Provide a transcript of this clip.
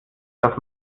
das